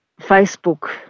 Facebook